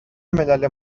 ملل